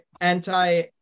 anti